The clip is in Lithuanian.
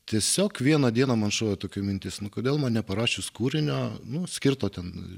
tiesiog vieną dieną man šovė tokia mintis kodėl man neparašius kūrinio nuo skirto ten